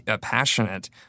passionate